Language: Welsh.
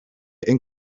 ein